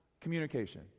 communication